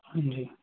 ਹਾਂਜੀ